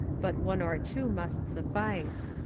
but one or two must suffice.